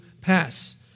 pass